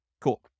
Cool